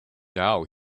now